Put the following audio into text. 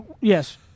yes